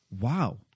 wow